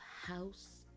House